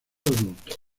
adultos